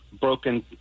broken